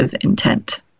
intent